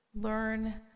Learn